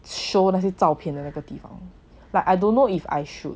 show 那些照片的那个地方 like I don't know if I should